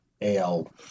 AL